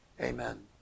Amen